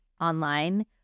online